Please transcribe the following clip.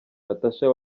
natasha